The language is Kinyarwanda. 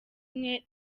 umwe